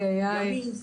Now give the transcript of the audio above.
ימין,